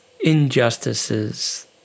injustices